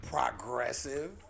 progressive